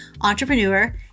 Entrepreneur